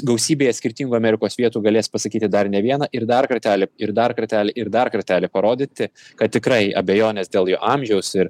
gausybėje skirtingų amerikos vietų galės pasakyti dar ne vieną ir dar kartelį ir dar kartelį ir dar kartelį parodyti kad tikrai abejonės dėl jo amžiaus ir